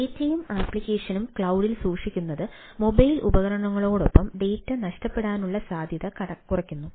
ഡാറ്റയും ആപ്ലിക്കേഷനും ക്ലൌഡിൽ സൂക്ഷിക്കുന്നത് മൊബൈൽ ഉപകരണങ്ങളോടൊപ്പം ഡാറ്റ നഷ്ടപ്പെടാനുള്ള സാധ്യത കുറയ്ക്കുന്നു